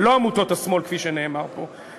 ולא עמותות השמאל כפי שנאמר פה.